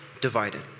divided